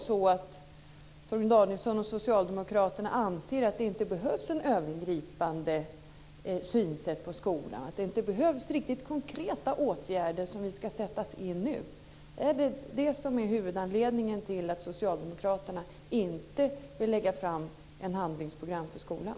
Anser Torgny Danielsson och socialdemokraterna att det inte behövs något övergripande synsätt på skolan, att det inte behövs konkreta åtgärder som ska sättas in nu? Är det detta som är huvudanledningen till att socialdemokraterna inte vill lägga fram ett handlingsprogram för skolan?